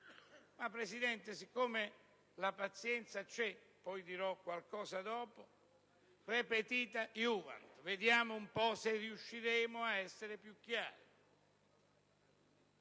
Ma Presidente, siccome la pazienza c'è, poi dirò qualcosa, perché *repetita iuvant*. Vediamo se riusciremo ad essere più chiari: